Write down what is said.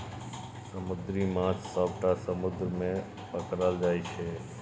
समुद्री माछ सबटा समुद्र मे पकरल जाइ छै